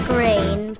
Green